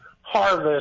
harvest